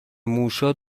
موشا